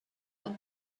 war